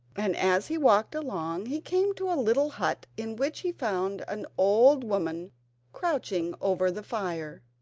and as he walked along he came to a little hut in which he found an old woman crouching over the fire.